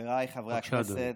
הכנסת,